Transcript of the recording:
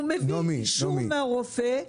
הוא מביא אישור מן הרופא.